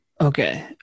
Okay